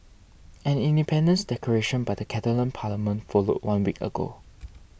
an independence declaration by the Catalan parliament followed one week ago